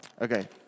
okay